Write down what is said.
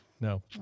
No